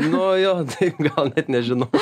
nu jo taip gal net nežinau